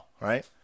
right